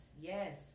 Yes